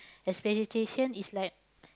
expectation is like